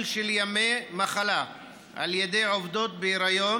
של ימי מחלה על ידי עובדות בהיריון